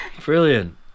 brilliant